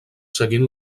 seguint